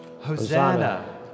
Hosanna